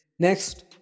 Next